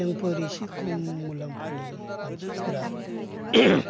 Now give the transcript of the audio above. जोंफोर इसे खम मुलाम्फानि मानसिफोरा